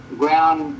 ground